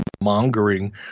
mongering